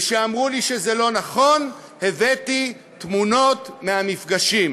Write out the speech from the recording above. וכשאמרו לי שזה לא נכון, הבאתי תמונות מהמפגשים.